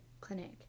clinic